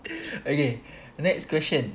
okay next question